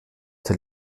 der